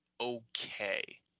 okay